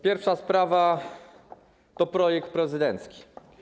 Pierwsza sprawa to projekt prezydencki.